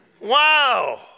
Wow